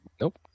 nope